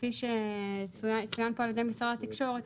כפי שצוין כאן על ידי משרד התקשורת,